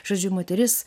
žodžiu moteris